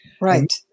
right